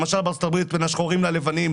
למשל בארצות הברית בין שחורים ללבנים,